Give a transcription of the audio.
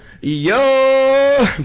Yo